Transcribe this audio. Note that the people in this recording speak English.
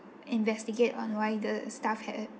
investigate on why the staff had